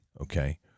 Okay